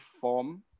form